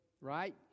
right